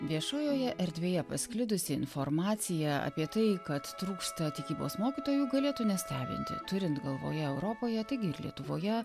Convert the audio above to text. viešojoje erdvėje pasklidusi informacija apie tai kad trūksta tikybos mokytojų galėtų nestebinti turint galvoje europoje taigi lietuvoje